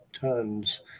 tons